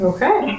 Okay